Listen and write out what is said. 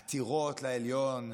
בעתירות לעליון,